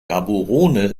gaborone